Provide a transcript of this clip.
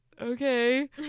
okay